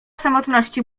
samotności